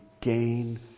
gain